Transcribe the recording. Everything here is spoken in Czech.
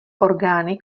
orgány